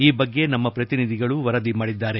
ಈ ಬಗ್ಗೆ ನಮ್ಮ ಪ್ರತಿನಿಧಿಗಳು ವರದಿ ಮಾಡಿದ್ದಾರೆ